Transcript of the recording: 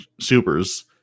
supers